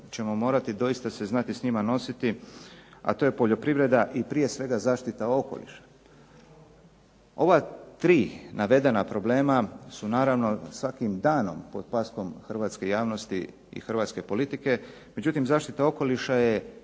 ćemo morati doista se znati s njima nositi, a to je poljoprivreda i prije svega zaštita okoliša. Ova 3 navedena problema su naravno svakim danom pod paskom hrvatske javnosti i hrvatske politike, međutim zaštita okoliša je,